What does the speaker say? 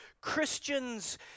Christians